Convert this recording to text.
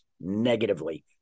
negatively